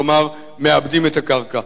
כלומר מעבדים את הקרקע.